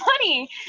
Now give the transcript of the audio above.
money